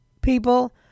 people